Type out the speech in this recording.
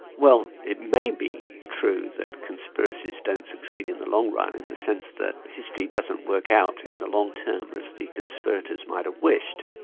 well, it may be true that conspiracies don't succeed in the long run, in the sense that history doesn't work out in the long term as the conspirators might have wished,